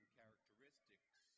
characteristics